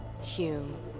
Hume